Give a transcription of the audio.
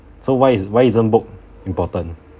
so why is why isn't book important